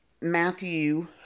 Matthew